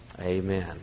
amen